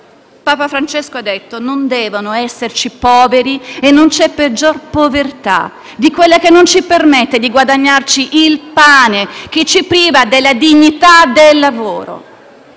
Papa Francesco ha detto che non devono esserci poveri e non c'è peggior povertà di quella che non ci permette di guadagnarci il pane, che ci priva della dignità del lavoro.